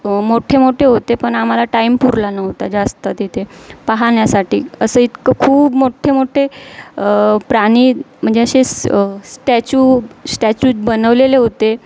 मोठे मोठे होते पण आम्हाला टाईम पुरला नव्हता जास्त तिथे पाहण्यासाठी असं इतकं खूप मोठ्ठे मोठे प्राणी म्हणजे असे स स्टॅचू स्टॅचूज बनवलेले होते